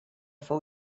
fou